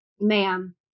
Ma'am